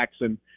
Jackson